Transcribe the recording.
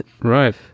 right